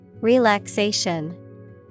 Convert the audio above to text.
Relaxation